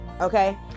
okay